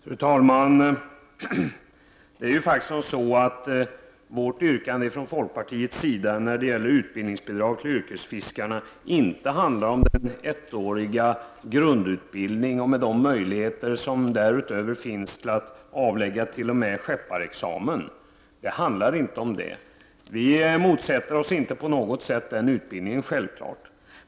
Fru talman! Det är faktiskt så, att yrkandet från folkpartiets sida när det gäller utbildningsbidraget till yrkesfiskarna inte handlar om den ettåriga grundutbildningen och de möjligheter som därutöver finns att avlägga t.o.m. skepparexamen. Självfallet motsätter vi oss inte på något sätt den utbildningen.